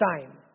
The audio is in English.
time